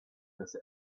this